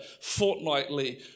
fortnightly